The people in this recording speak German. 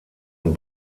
und